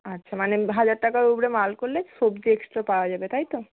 আচ্ছা মানে হাজার টাকার ওপরে মাল করলে সবজি এক্সট্রা পাওয়া যাবে তাই তো